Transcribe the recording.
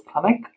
clinic